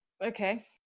Okay